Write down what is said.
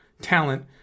talent